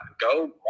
go